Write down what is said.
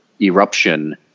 eruption